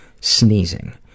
sneezing